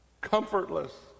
comfortless